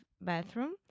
bathroom